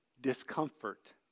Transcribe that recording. discomfort